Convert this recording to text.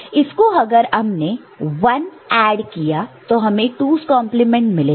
इसको अगर हमने 1 ऐड किया तो हमें 2's कंप्लीमेंट 2's complementमिलेगा